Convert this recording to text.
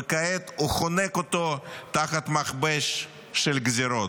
וכעת הוא חונק אותו תחת מכבש של גזרות.